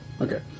Okay